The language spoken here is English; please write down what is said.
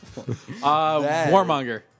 Warmonger